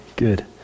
Good